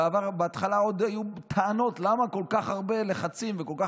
בעבר בהתחלה עוד היו טענות: למה כל כך הרבה לחצים וכל כך